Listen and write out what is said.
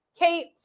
Kate